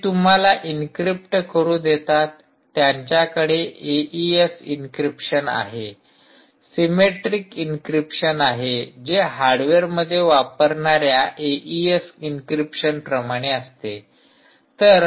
ते तुम्हाला इन्क्रिप्ट करू देतात त्यांच्याकडे एइएस इंक्रीप्शन आहे सिमेट्रिक इंक्रीप्शन आहे जे हार्डवेअर मध्ये वापरणाऱ्या एइएस इंक्रीप्शन प्रमाणे असते